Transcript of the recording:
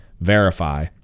Verify